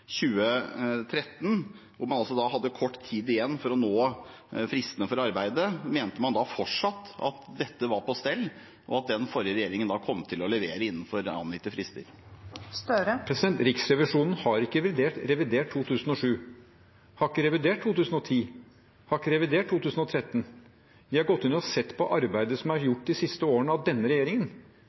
2013, da man hadde kort tid igjen for å nå fristene for arbeidet, mente man da fortsatt at dette var på stell, og at den forrige regjeringen kom til å levere innenfor angitte frister? Riksrevisjonen har ikke revidert 2007, de har ikke revidert 2010, de har ikke revidert 2013. De har gått inn og sett på arbeidet som er gjort de siste årene, av denne regjeringen.